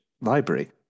library